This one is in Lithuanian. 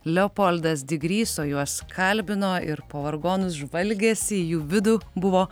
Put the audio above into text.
leopoldas digrys o juos kalbino ir po vargonus žvalgėsi į jų vidų buvo